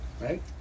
right